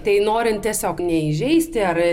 tai norint tiesiog neįžeisti ar